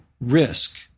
risk